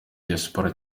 diaspora